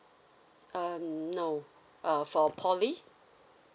uh no uh for poly